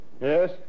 Yes